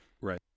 Right